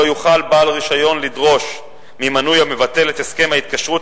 לא יוכל בעל רשיון לדרוש ממנוי המבטל את הסכם ההתקשרות